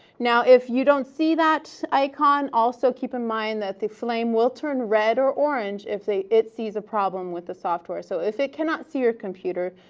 now, if you don't see that icon, also keep in mind that the flame will turn red or orange if it sees a problem with the software. so if it cannot see your computer,